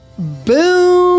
Boom